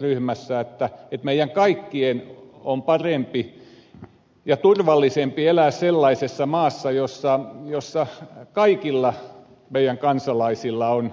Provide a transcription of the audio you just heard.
ryhmässämme ajatellaan että meidän kaikkien on parempi ja turvallisempi elää sellaisessa maassa jossa kaikilla meidän kansalaisillamme